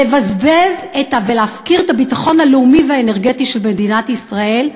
לבזבז ולהפקיר את הביטחון הלאומי והאנרגטי של מדינת ישראל.